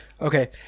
Okay